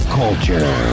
culture